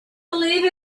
believe